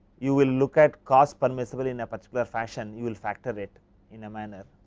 you will look at cost permissible in a particular fashion, you will factor it in a manner.